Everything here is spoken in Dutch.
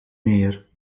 meer